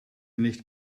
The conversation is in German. nicht